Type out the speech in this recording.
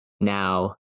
now